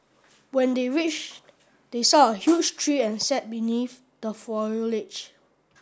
when they reached they saw a huge tree and sat beneath the